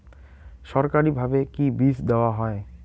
সরকারিভাবে কি বীজ দেওয়া হয়?